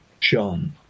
John